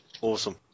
Awesome